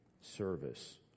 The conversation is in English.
service